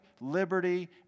liberty